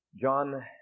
John